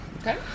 Okay